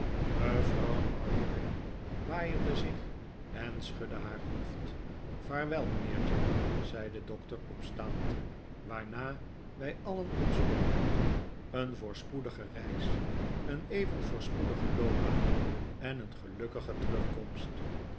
mevrouw markleham waaierde zich en schudde haar hoofd vaarwel mijnheer jack zei de doctor opstaand waarna wij alien opstonden een voorspoedige reis een even voorspoedige loopbaan en een gelukkige terugkomst